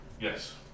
yes